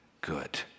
good